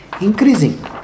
increasing